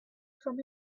from